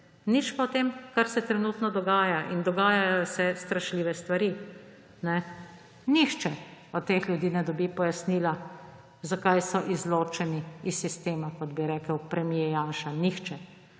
nič pa o tem, kar se trenutno dogaja. In dogajajo se strašljive stvari. Nihče od teh ljudi ne dobi pojasnila, zakaj so izločeni iz sistema, kot bi rekel premier Janša, nihče.